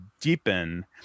deepen